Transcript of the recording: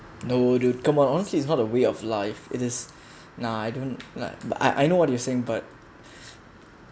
no dude come on honestly it's not a way of life it is nah I don't like but I I know what you're saying but